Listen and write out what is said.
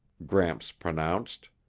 gramps pronounced.